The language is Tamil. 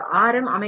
அனைத்து ஆர்